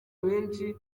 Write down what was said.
benshi